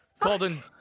Calden